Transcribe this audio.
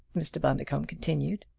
mr. bundercombe continued.